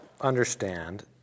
understand